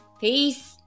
peace